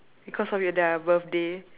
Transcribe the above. because of your their birthday